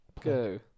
go